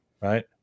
right